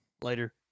Later